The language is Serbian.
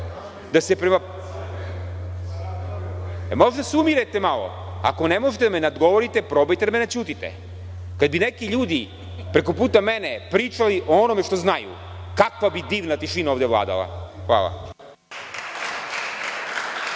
Da li možete da se umirite malo, ako ne možete da me nadgovorite, probajte da me nadćutite. Kad bi neki ljudi preko puta mene pričali o onome što znaju, kakva bi divna tišina ovde vladala. Hvala.